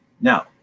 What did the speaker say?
Now